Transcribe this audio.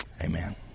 amen